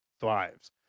thrives